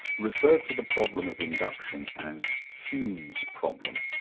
referred to the problem of induction as hume's problem.